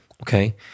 okay